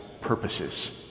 purposes